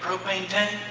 propane tank.